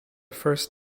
first